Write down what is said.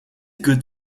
good